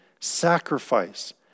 sacrifice